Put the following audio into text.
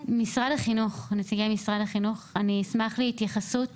נציגי משרד החינוך, אשמח להתייחסות